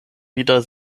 wieder